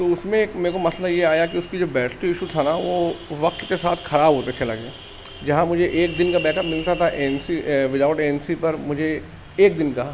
تو اس میں ایک میرے کو مسئلہ یہ آیا کہ اس کی جو بیٹری ایشو تھا نہ وہ وقت کے ساتھ خراب ہوتا چلا گیا جہاں مجھے ایک دن کا بیک اپ ملتا تھا A N C without A N C پر مجھےایک دن کا